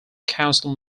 council